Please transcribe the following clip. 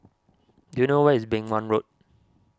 do you know where is Beng Wan Road